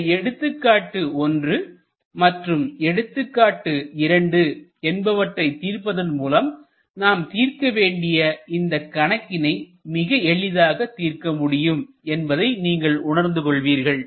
இந்த எடுத்துக்காட்டு 1 மற்றும் எடுத்துக்காட்டு 2 என்பவற்றை தீர்ப்பதன் மூலம் நாம் தீர்க்க வேண்டிய இந்த கணக்கினை மிக எளிதாக தீர்க்க முடியும் என்பதை நீங்கள் உணர்ந்து கொள்வீர்கள்